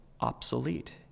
obsolete